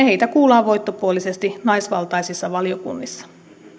heitä kuullaan voittopuolisesti naisvaltaisissa valiokunnissa